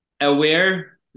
aware